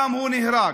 גם הוא נהרג,